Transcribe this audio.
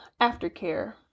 aftercare